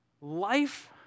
life